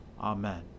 Amen